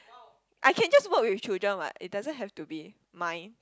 I can just work with children what it doesn't have to be mine